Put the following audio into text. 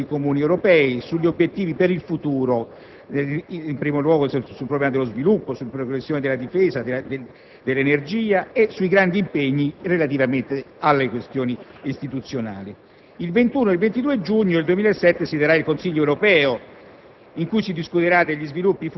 dell'Unione Europea, sui valori comuni europei e sugli obiettivi per il futuro, in primo luogo i problemi dello sviluppo, della difesa, dell'energia e i grandi impegni relativi alle questioni istituzionali. Il 21 e 22 giugno 2007 si terrà il Consiglio europeo